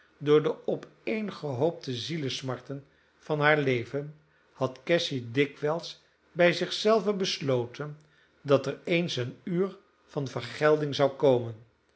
door de opeengehoopte zielesmarten van haar leven had cassy dikwijls bij zich zelve besloten dat er eens een uur van vergelding zou komen